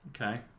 Okay